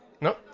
No